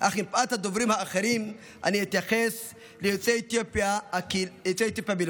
אך מפאת הדוברים האחרים אני אתייחס ליוצאי אתיופיה בלבד.